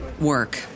work